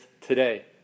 today